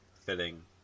filling